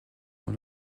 dans